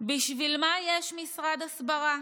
"בשביל מה יש משרד הסברה?